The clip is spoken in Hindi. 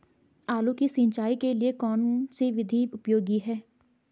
आलू की सिंचाई के लिए कौन सी विधि उपयोगी है?